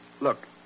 Look